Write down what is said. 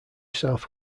south